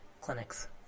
clinics